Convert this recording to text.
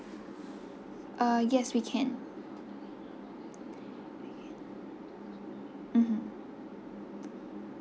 uh yes we can mmhmm